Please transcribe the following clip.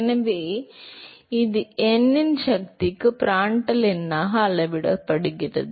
எனவே இது n இன் சக்திக்கு பிராண்டல் எண்ணாக அளவிடப்படுகிறது